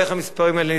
אני אתן כמה דוגמאות.